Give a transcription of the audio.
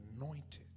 anointed